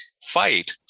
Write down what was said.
fight